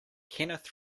kenneth